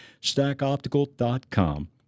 stackoptical.com